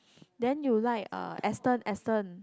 then you like uh Aston Aston